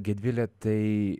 gedvile tai